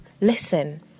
listen